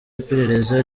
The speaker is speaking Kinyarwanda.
iperereza